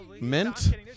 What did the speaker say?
Mint